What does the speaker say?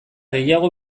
gehiago